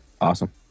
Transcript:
Awesome